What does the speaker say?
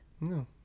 No